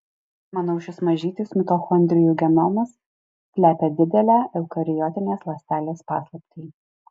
manau šis mažytis mitochondrijų genomas slepia didelę eukariotinės ląstelės paslaptį